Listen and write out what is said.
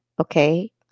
okay